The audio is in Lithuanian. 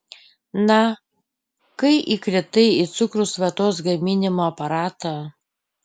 na kai įkritai į cukraus vatos gaminimo aparatą